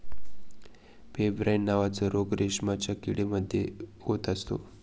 pebrine नावाचा रोग रेशमाच्या किडे मध्ये होत असतो